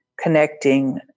connecting